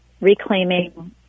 reclaiming